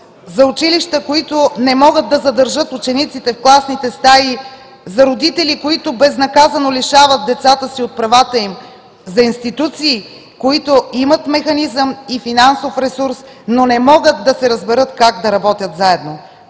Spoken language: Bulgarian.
за училища, които не могат да задържат учениците в класните стаи; за родители, които безнаказано лишават децата си от правата им; за институции, които имат механизъм и финансов ресурс, но не могат да се разберат как да работят заедно.